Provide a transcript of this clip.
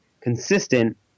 consistent